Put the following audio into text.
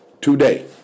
today